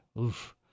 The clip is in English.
Oof